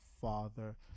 father